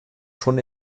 schon